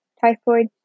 typhoid